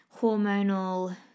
hormonal